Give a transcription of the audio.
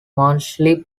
mostly